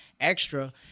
extra